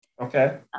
Okay